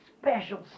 special